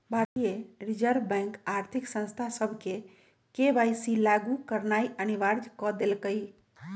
भारतीय reserve bank आर्थिक संस्था सभके के.वाई.सी लागु करनाइ अनिवार्ज क देलकइ